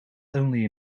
only